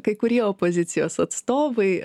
kai kurie opozicijos atstovai